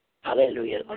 Hallelujah